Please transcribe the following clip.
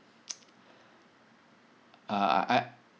uh I